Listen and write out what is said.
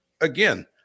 again